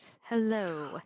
Hello